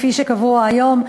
כפי שקבוע היום,